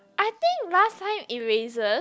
I think last time erasers